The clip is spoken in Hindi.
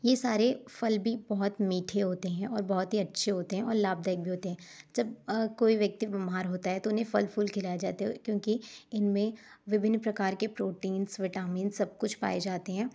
ये सारे फल भी बहुत मीठे होते हैं और बहुत ही अच्छे होते हैं और लाभदायक भी होते हैं जब कोई व्यक्ति बीमार होता है तो उन्हें फल फूल खिलाया जाते है क्योंकि इनमें विभिन्न प्रकार के प्रोटीन्स विटामिन्स सब कुछ पाए जाते हैं